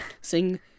sing